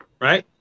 right